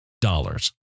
dollars